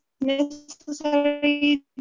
necessary